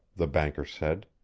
the banker said.